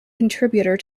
contributor